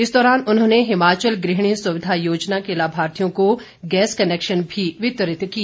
इस दौरान उन्होंने हिमाचल गृहिणी सुविधा योजना के लाभार्थियों को गैस कनेक्शन भी वितरित किए